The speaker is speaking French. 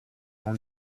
ont